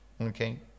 Okay